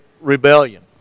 rebellion